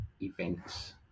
events